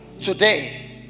Today